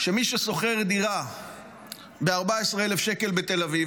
שמי ששוכר דירה ב-14,000 שקלים בתל אביב,